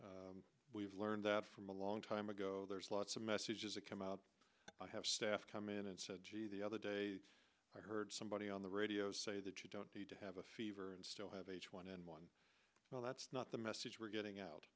media we've learned that from a long time ago there's lots of messages that come out i have staff come in and said gee the other day i heard somebody on the radio say that you don't need to have a fever and still have h one n one well that's not the message we're getting out